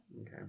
Okay